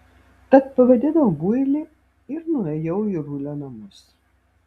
tad pavadinau builį ir nuėjau į rulio namus